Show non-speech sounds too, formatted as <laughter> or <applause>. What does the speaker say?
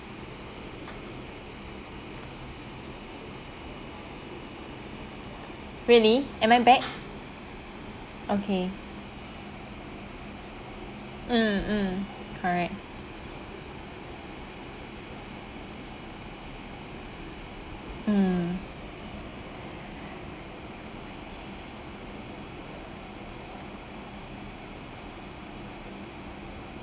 really am I back <noise> okay mm mm correct mm